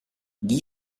guy